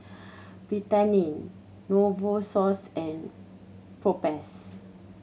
Betadine Novosource and Propass